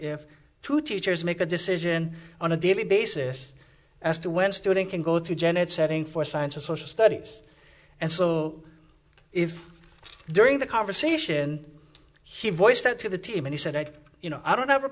have two teachers make a decision on a daily basis as to when a student can go to janet setting for science or social studies and so if during the conversation he voiced it to the team and he said you know i don't ever